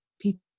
people